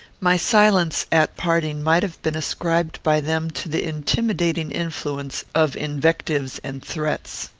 my silence, at parting, might have been ascribed by them to the intimidating influence of invectives and threats.